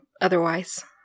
otherwise